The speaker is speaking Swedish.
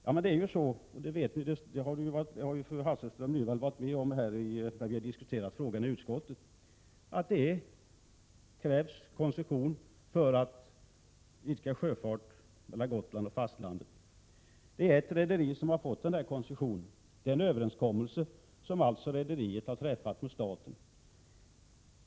Som fru Hasselström Nyvall vet från utskottet när vi diskuterat frågorna krävs koncession för att idka sjöfart mellan Gotland och fastlandet. Ett rederi har fått denna koncession. Rederiet har träffat en överenskommelse med staten.